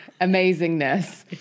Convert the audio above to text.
amazingness